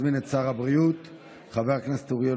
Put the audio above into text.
אני מזמין את שר הבריאות חבר הכנסת אוריאל